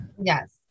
Yes